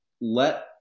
let